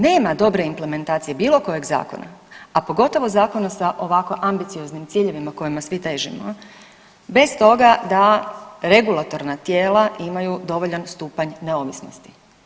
Nema dobre implementacije bilo kojeg zakona, a pogotovo zakona sa ovako ambicioznim ciljevima kojima svi težimo, bez toga da regulatorna tijela imaju dovoljan stupanj neovisnosti.